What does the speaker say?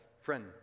Friend